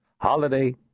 Holiday